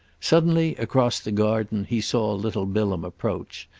suddenly, across the garden, he saw little bilham approach,